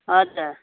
हजुर